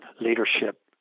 leadership